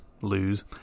lose